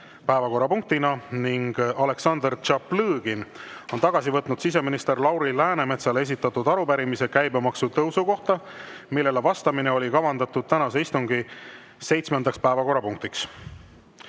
päevakorrapunktiks, ning Aleksandr Tšaplõgin on tagasi võtnud siseminister Lauri Läänemetsale esitatud arupärimise käibemaksu tõusu kohta, millele vastamine oli kavandatud tänase istungi seitsmendaks päevakorrapunktiks.